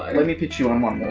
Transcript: let me pitch you on one more.